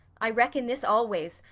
i reckon this always,